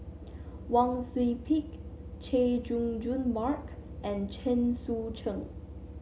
Wang Sui Pick Chay Jung Jun Mark and Chen Sucheng